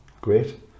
great